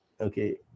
Okay